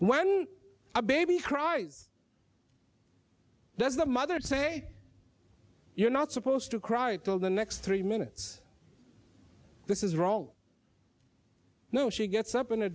when a baby cries does the mother say you're not supposed to cry until the next three minutes this is wrong no she gets up and a